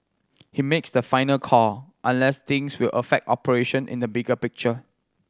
he makes the final call unless things will affect operation in the bigger picture